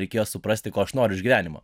reikėjo suprasti ko aš noriu iš gyvenimo